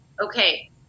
Okay